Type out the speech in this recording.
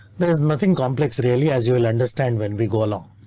there's nothing complex really, as you will understand when we go along.